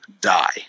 die